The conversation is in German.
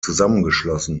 zusammengeschlossen